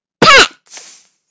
Pets